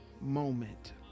moment